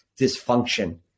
dysfunction